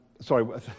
sorry